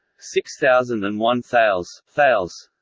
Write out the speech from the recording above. six thousand and one thales thales